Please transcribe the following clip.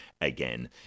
again